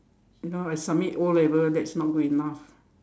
you know I submit O-level that's not good enough